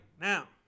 now